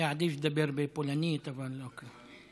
היה עדיף לדבר בפולנית, אבל אוקיי.